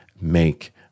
make